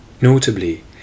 Notably